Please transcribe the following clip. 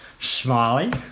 smiley